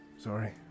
sorry